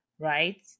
Right